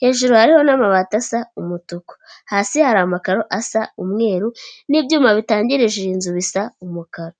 hejuru hariho n'amabati asa umutuku, hasi hari amakaro asa umweru n'ibyuma bitangirije iyi nzu bisa umukara.